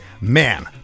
man